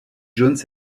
jones